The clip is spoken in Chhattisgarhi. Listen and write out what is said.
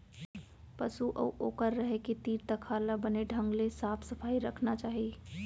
पसु अउ ओकर रहें के तीर तखार ल बने ढंग ले साफ सफई रखना चाही